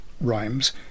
rhymes